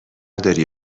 داری